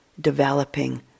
developing